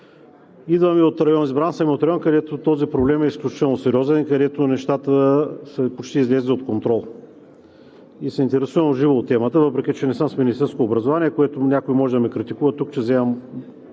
съм от район, където този проблем е изключително сериозен и където нещата са почти излезли от контрол. Интересувам се живо от темата, въпреки че не съм с медицинско образование, за което някой може да ме критикува тук, че вземам